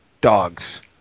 dogs